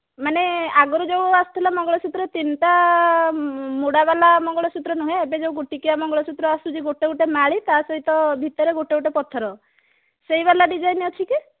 ମାନେ ଆଗରୁ ଯେଉଁ ଆସୁଥିଲା ମଙ୍ଗଳସୂତ୍ର ତିନିଟା ମୋଡ଼ାବାଲା ମଙ୍ଗଳସୂତ୍ର ନୁହେଁ ଏବେ ଯେଉଁ ଗୋଟିକିଆ ମଙ୍ଗଳସୂତ୍ର ଆସୁଛି ଗୋଟେ ଗୋଟେ ମାଳି ତା'ସହିତ ଭିତରେ ଗୋଟେ ଗୋଟେ ପଥର ସେଇବାଲା ଡିଜାଇନ୍ ଅଛି କି